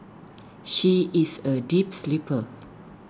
she is A deep sleeper